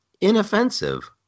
Inoffensive